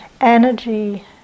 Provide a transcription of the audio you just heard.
energy